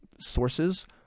sources